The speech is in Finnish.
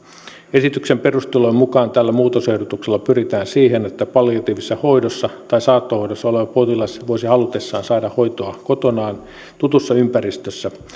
esityksen perustelujen mukaan tällä muutosehdotuksella pyritään siihen että palliatiivisessa hoidossa tai saattohoidossa oleva potilas voisi halutessaan saada hoitoa kotonaan tutussa ympäristössä